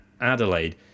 Adelaide